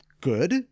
Good